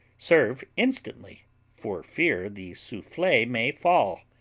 serve instantly for fear the souffle may fall.